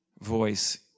voice